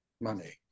money